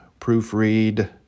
proofread